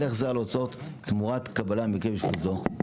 החזר על הוצאות תמורת קבלה בגין אשפוזו.